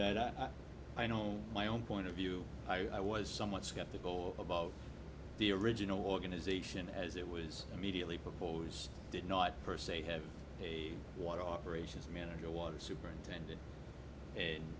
that i know my own point of view i was somewhat skeptical about the original organisation as it was immediately propose did not per se have a water operations manager was superintending and